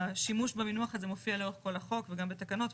השימוש במינוח הזה מופיע לאורך כל החוק וגם בתקנות,